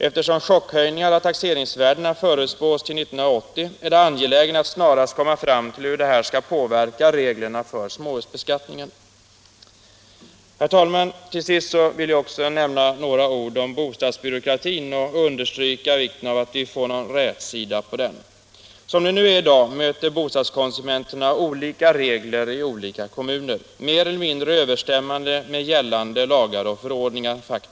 Eftersom chockhöjningar av taxeringsvärdena förutspås till 1980 är det angeläget att snarast komma fram till hur detta skall påverka reglerna för småhusbeskattningen. Herr talman! Till sist vill jag också nämna några ord om bostadsbyråkratin och understryka vikten av att vi får någon rätsida på den. Som det är i dag möter bostadskonsumenterna olika regler i olika kommuner — mer eller mindre överensstämmande med gällande lagar och förordningar.